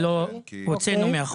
הוצאנו מהחוק.